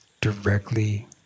directly